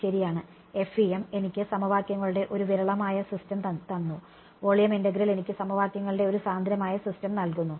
ശരിയാണ് FEM എനിക്ക് സമവാക്യങ്ങളുടെ ഒരു വിരളമായ സിസ്റ്റം തന്നു വോളിയം ഇന്റഗ്രൽ എനിക്ക് സമവാക്യങ്ങളുടെ ഒരു സാന്ദ്രമായ സിസ്റ്റം നൽകുന്നു